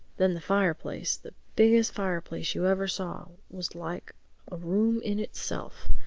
then the fireplace the biggest fireplace you ever saw was like a room in itself.